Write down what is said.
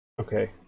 Okay